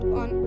on